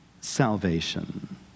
salvation